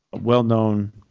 well-known